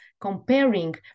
comparing